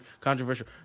controversial